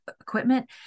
equipment